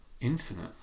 Infinite